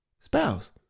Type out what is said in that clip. spouse